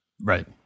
Right